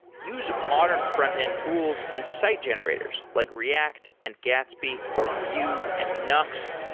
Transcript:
use modern frontend tools and site generators, like react, and gatsby, or vue, and nuxt.